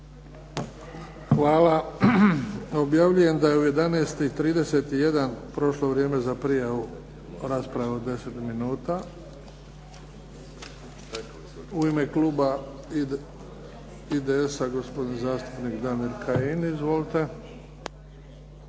Hvala. Objavljujem da je u 11,31 prošlo vrijeme za prijavu rasprave od 10 minuta. U ime Kluba IDS-a gospodin zastupnik Damir Kajin. Izvolite.